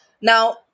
Now